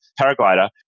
paraglider